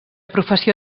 professió